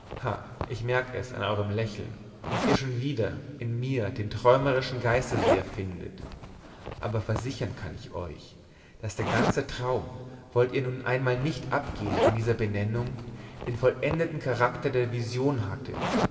ich merk es an euerm lächeln daß ihr schon wieder in mir den träumerischen geisterseher findet aber versichern kann ich euch daß der ganze traum wollt ihr nun einmal nicht abgehen von dieser benennung den vollendeten charakter der vision hatte